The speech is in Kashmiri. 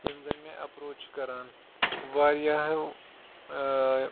یِم زن مےٚ ایٚپروچ چھِ کَران واریاہَو ٲں